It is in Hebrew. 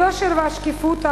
היושר והשקיפות,